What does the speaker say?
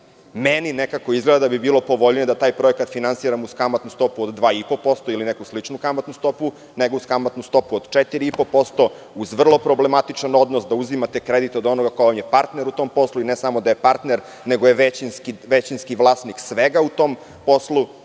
Meni nekako izgleda da bi bilo povoljnije da taj projekta finansiramo uz kamatnu stopu od 2,5% ili neku sličnu kamatnu stopu, nego uz kamatnu stopu od 4,5% uz vrlo problematičan odnos da uzimate kredit od onoga ko vam je partner u tom poslu i ne samo da je partner nego je većinski vlasnik svega u tom poslu.